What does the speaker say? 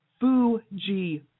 Fuji